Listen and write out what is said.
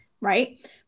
right